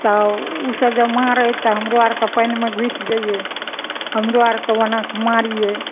तऽ ओसब जे मारै तऽ हमरो आरके पानिमे घुसि जैइयै हमरो आरके ओना कऽ मारियै